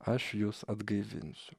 aš jus atgaivinsiu